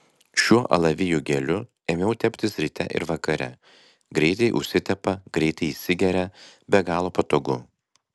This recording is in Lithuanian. šiuo alavijų geliu ėmiau teptis ryte ir vakare greitai užsitepa greitai įsigeria be galo patogu